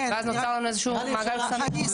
ואז נוצר לנו איזה שהוא מעגל קסמים.